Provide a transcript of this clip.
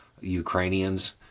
Ukrainians